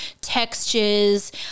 textures